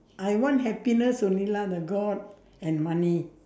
I want happiness only lah the god and money